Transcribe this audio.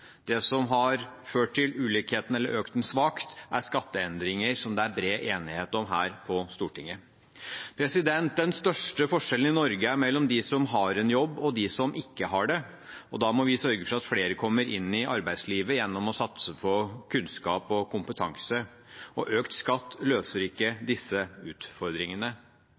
Det som har ført til ulikheten eller økt den svakt, er skatteendringer som det er bred enighet om i Stortinget. Den største forskjellen i Norge er mellom dem som har en jobb, og dem som ikke har det. Da må vi sørge for at flere kommer inn i arbeidslivet gjennom å satse på kunnskap og kompetanse. Økt skatt løser ikke disse utfordringene.